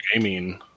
Gaming